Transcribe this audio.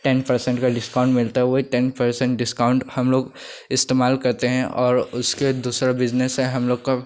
ten percent का डिस्काउंट मिलता है वही टेन पर्सेंट डिस्काउंट हम लोग इस्तेमाल करते हैं और उसके दूसरा बिज़नेस है हम लोग का